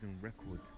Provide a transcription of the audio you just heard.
record